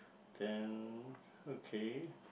then okay